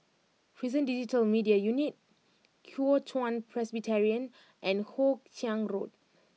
Prison Digital Media Unit Kuo Chuan Presbyterian and Hoe Chiang Road